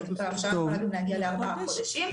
והיא יכולה להגיע גם לארבעה חודשים.